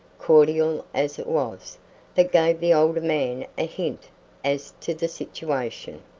cordial as it was, that gave the older man a hint as to the situation.